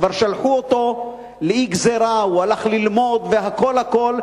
כבר שלחו לאי גזירה: הוא הלך ללמוד והכול הכול,